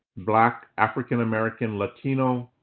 black african american latino,